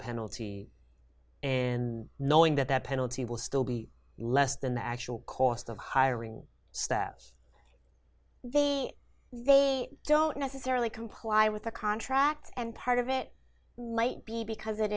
penalty and knowing that that penalty will still be less than the actual cost of hiring steps they they don't necessarily comply with the contract and part of it might be because it